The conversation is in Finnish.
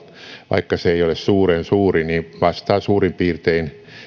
vaikka se ei ole suuren suuri vastaa suurin piirtein